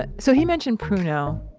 but so he mentioned pruno,